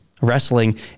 Wrestling